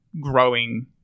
growing